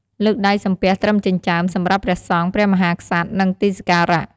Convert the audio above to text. លើកដៃសំពះត្រឹមចិញ្ចើម សម្រាប់ព្រះសង្ឃ ព្រះមហាក្សត្រ និង ទីសក្ការៈ។